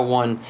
one